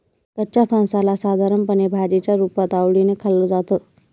कच्च्या फणसाला साधारणपणे भाजीच्या रुपात आवडीने खाल्लं जातं